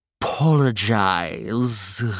apologize